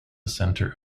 center